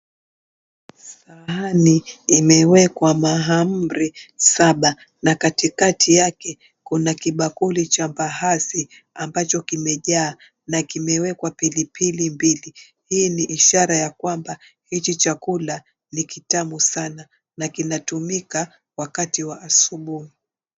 Sahani imewekwa mahamri saba na katikati yake kuna bakuli cha mbaazi ambacho kimejaa na kimewekwa pilipili mbili, hii ni ishara ya kwamba hichi chakula ni kitamu sana na kinatumika wakati wa asubui.